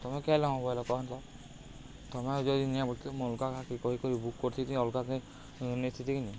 ତମେ କେଲ ମ ବହଲେ କହନ୍ତ ତମେ ଆ ଯଦି ନିଆ ମୁଁ ଅଲଗାକି କହିିବି ବୁକ୍ କରିତିଥି ଅଲଗାକି ନେଇତିଥିକିିନି